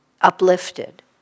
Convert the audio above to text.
uplifted